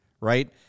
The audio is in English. right